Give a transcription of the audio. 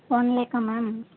one லேக்கா ma'am